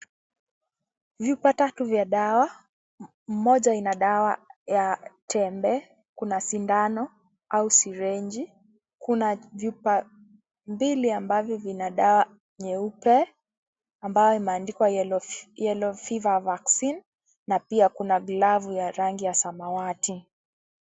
Vyupa tatu ya dawa mmoja ina dawa ya tembe kuna sindano au sirenji ,kuna chupa mbili ambavyo vina dawa nyeupe ambayo imeandikwa yellow fever vaccine na pia kuna glavu ya rangi ya samawati.